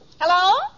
Hello